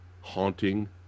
haunting